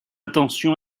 attention